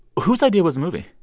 whose idea was the movie?